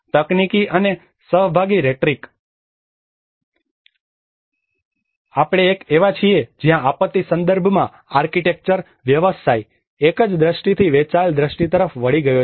તકનીકી અને સહભાગી રેટરિક આપણે એક એવા છીએ જ્યાં આપત્તિ સંદર્ભમાં આર્કિટેક્ચર વ્યવસાય એક જ દ્રષ્ટિથી વહેંચાયેલ દ્રષ્ટિ તરફ વળી ગયો છે